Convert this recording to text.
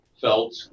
felt